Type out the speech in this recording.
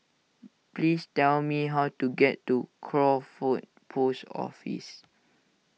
please tell me how to get to Crawford Post Office